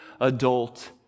Adult